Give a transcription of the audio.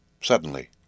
Suddenly